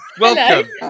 welcome